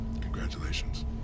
Congratulations